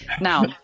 Now